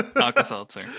Alka-Seltzer